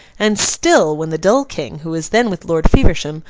and still, when the dull king, who was then with lord feversham,